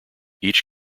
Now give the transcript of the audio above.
each